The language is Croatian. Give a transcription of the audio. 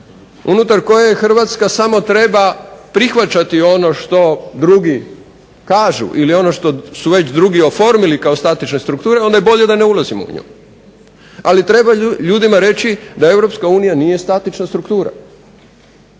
unutar koje Hrvatska samo treba prihvaćati ono što drugi kažu ili ono što su drugi već oformili kao statične strukture onda je bolje da ne ulazimo u nju. Ali treba ljudima reći da Europska unija nije statična struktura,